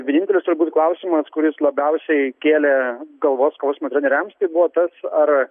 vienintelis turbūt svarbus klausimas kuris labiausiai kėlė galvos skausmą treneriams tai buvo tas ar